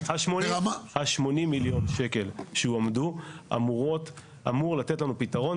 ה-80 מיליון שקלים שהועמדו אמורים לתת לנו פתרון